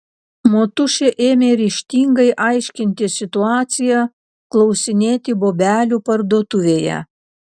motušė ėmė ryžtingai aiškintis situaciją klausinėti bobelių parduotuvėje